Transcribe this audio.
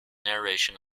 narration